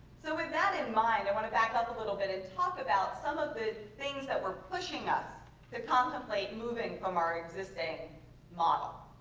so with that in mind, i want to back up a little bit and talk about some of the things that were pushing us to contemplate moving from um our existing model.